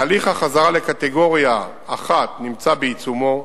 תהליך החזרה לקטגוריה 1 נמצא בעיצומו.